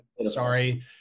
Sorry